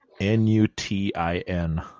N-U-T-I-N